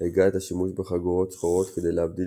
הגה את השימוש בחגורות שחורות כדי להבדיל